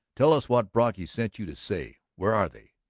tell us what brocky sent you to say. where are they?